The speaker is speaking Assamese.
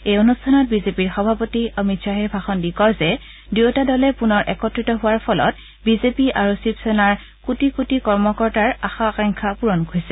এই অনুষ্ঠানত বিজেপিৰ সভাপতি অমিত শ্বাহে ভাষণ দি কয় যে দুয়োটা দলে পুনৰ একত্ৰিত হোৱাৰ ফলত বিজেপি আৰু শিৱসেনাৰ কোটি কোটি কৰ্মকৰ্তাসকলৰ আশা আকাংক্ষাক পুৰণ কৰিছে